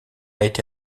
été